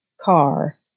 car